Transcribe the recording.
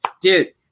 dude